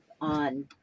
on